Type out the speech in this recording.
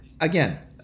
again